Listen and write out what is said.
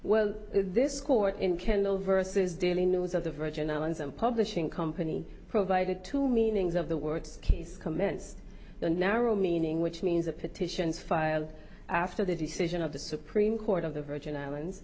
well this court in kendall vs daily news of the virgin islands and publishing company provided two meanings of the words case commenced the narrow meaning which means that petitions file after the decision of the supreme court of the virgin islands